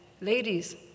Ladies